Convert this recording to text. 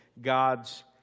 God's